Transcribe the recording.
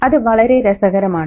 അത് വളരെ രസകരമാണ്